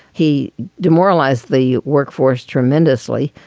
he demoralized the workforce tremendously.